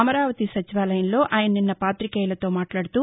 అమరావతి సచివాలయంలో ఆయన నిస్న పాతికేయులతో మాట్లాడుతూ